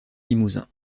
limousin